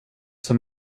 som